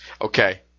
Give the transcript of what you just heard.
Okay